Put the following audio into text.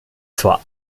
zur